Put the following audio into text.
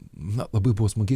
na labai buvo smagi